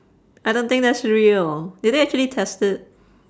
I don't think that's real did they actually test it